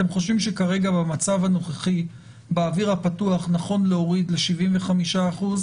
אתם חושבים שכרגע במצב הנוכחי באוויר הפתוח נכון להוריד ל-75 אחוז,